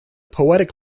poetic